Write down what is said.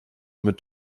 mit